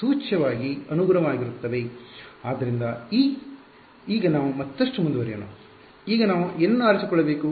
ಆದ್ದರಿಂದ ಈಗ ನಾವು ಮತ್ತಷ್ಟು ಮುಂದುವರಿಯೋಣ ಈಗ ನಾವು ಏನನ್ನು ಆರಿಸಿಕೊಳ್ಳಬೇಕು